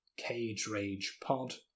CageragePod